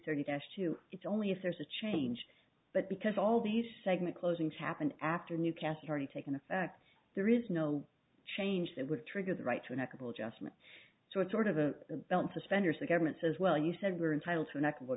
thirty days to it's only if there's a change but because all the segment closings happen after new castle already taking effect there is no change that would trigger the right to an ethical adjustment so it's sort of a belt and suspenders the government says well you said we're entitled to nec